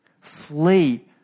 Flee